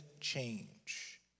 change